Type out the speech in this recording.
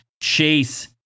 chase